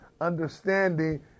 understanding